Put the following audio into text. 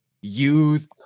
use